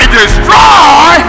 destroy